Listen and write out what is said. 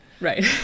Right